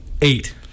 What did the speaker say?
Eight